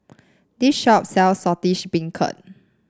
this shop sells Saltish Beancurd